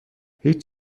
هیچ